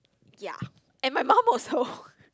ya and my mum also